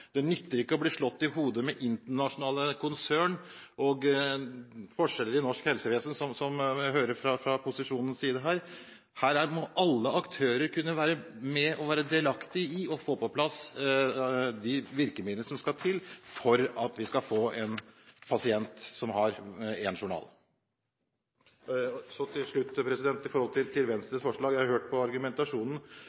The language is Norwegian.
Det nytter ikke å bli slått i hodet med internasjonale konsern og forskjeller i norsk helsevesen, sånn som jeg hører fra posisjonens side her. Her er det noe alle aktører kunne være med på og være delaktig i, og få på plass de virkemidlene som skal til for at vi skal få en pasient som har én journal. Så til slutt til Venstres forslag: Jeg har hørt på argumentasjonen. Vi velger i